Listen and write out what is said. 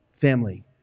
Family